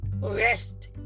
rest